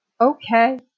Okay